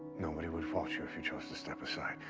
nobody would fault you if you chose to step aside,